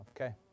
okay